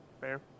fair